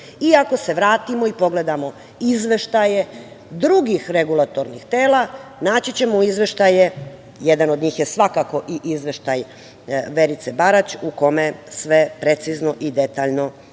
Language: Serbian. Ako se vratimo i pogledamo izveštaje drugih regulatornih tela, naći ćemo u izveštajima, jedan od njih je svakako i izveštaj Verice Barać u kome sve precizno i detaljno piše.